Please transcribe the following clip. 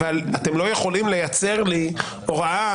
אבל אתם לא יכולים לייצר לי הוראה